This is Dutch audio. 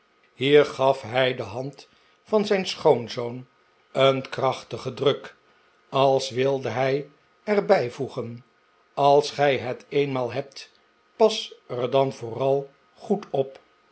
hier gaf hij de hand van zijn schoonzoon een krachtigen druk als wilde hij er bijvoegen als gij het eenmaal hebt pas er dan vooral goed op